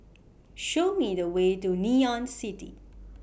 Show Me The Way to Ngee Ann City